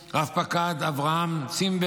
רב-פקד אברהם צימבר,